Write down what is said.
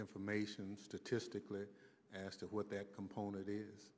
information statistically as to what that component is